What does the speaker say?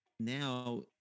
Now